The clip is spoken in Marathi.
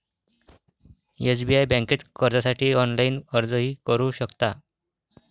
एस.बी.आय बँकेत कर्जासाठी ऑनलाइन अर्जही करू शकता